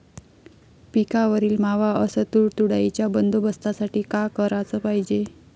पिकावरील मावा अस तुडतुड्याइच्या बंदोबस्तासाठी का कराच पायजे?